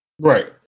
Right